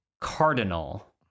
Cardinal